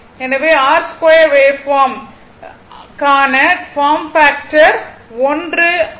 எனவே r square waveform க்கான form factor 1 ஆகும்